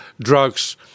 drugs